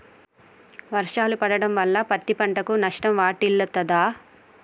వర్షాలు పడటం వల్ల పత్తి పంటకు నష్టం వాటిల్లుతదా?